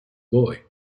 boy